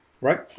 right